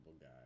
guy